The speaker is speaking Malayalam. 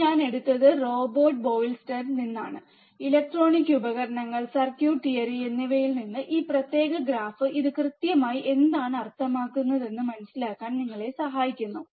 ഇത് ഞാൻ എടുത്തത് റോബർട്ട് ബോയ്ൽസ്റ്റാഡ് നിന്നാണ് ഇലക്ട്രോണിക് ഉപകരണങ്ങൾ സർക്യൂട്ട് തിയറി എന്നിവയിൽ നിന്ന് ഈ പ്രത്യേക ഗ്രാഫ് ഇത് കൃത്യമായി എന്താണ് അർത്ഥമാക്കുന്നത് എന്ന് മനസിലാക്കാൻ നിങ്ങളെ സഹായിക്കുന്നു